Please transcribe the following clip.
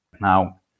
Now